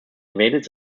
evaded